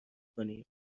کنیم